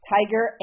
Tiger